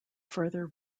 further